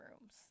rooms